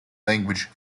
language